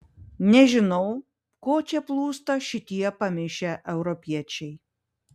nežinau ko čia plūsta šitie pamišę europiečiai